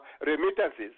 remittances